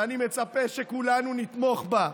ואני מצפה שכולנו נתמוך בה.